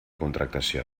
contractació